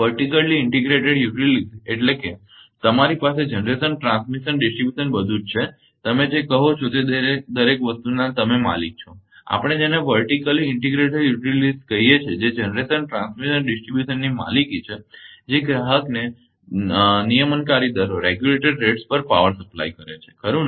vertically integrated utilities એટલે કે તમારી પાસે જનરેશન ટ્રાન્સમિશન ડિસ્ટ્રિબ્યુશન બધુ જ સાથે છે તમે જ છો તે દરેક વસ્તુના તમે માલિક છો આપણે જેને વર્ટીકલી ઇન્ટિગ્રેટેડ યુટિલિટીઝ કહીએ છીએ જે જનરેશન ટ્રાન્સમિશન અને ડિસ્ટ્રિબ્યુશન ની માલિકી છે જે ગ્રાહકને નિયમનકારી દરો પર પાવર સપ્લાય કરે છે ખરુ ને